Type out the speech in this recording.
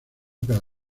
cada